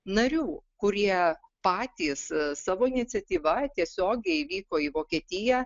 narių kurie patys savo iniciatyva tiesiogiai vyko į vokietiją